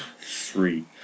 Three